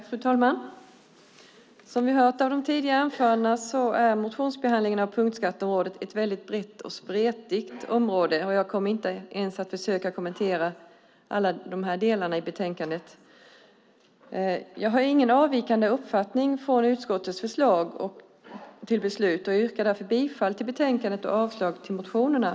Fru talman! Som vi har hört av de tidigare anförandena är motionsbehandlingen av punktskatteområdet ett väldigt brett och spretigt område, och jag kommer inte ens att försöka kommentera alla delar i betänkandet. Jag har ingen avvikande uppfattning från utskottets förslag till beslut och yrkar därför bifall till förslaget och avslag på motionerna.